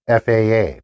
FAA